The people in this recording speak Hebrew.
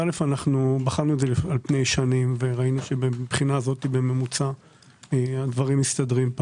בחנו את זה על פני שנים וראינו שבממוצע מן הבחינה הזאת הדברים מסתדרים.